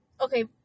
Okay